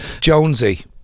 jonesy